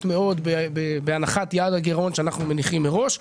מאוד בהנחת יעד הגירעון שאנחנו מניחים מראש.